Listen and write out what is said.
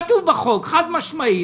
כתוב בחוק חד-משמעית,